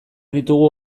ditugu